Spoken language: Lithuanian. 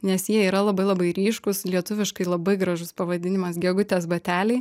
nes jie yra labai labai ryškūs lietuviškai labai gražus pavadinimas gegutės bateliai